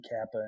Kappa